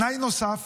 תנאי נוסף